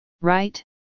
right